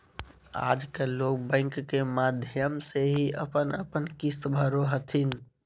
आजकल लोग बैंक के माध्यम से ही अपन अपन किश्त भरो हथिन